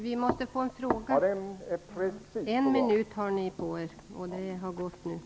Vi måste få en fråga. En minut står till förfogande och den har nu gått.